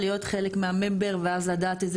להיות חלק מה- member ואז לדעת את זה